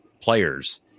players